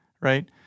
right